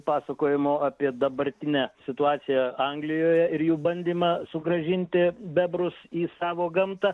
pasakojimo apie dabartinę situaciją anglijoje ir jų bandymą sugrąžinti bebrus į savo gamtą